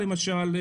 למשל,